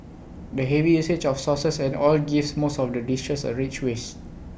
the heavy usage of sauces and oil gives most of the dishes A rich waste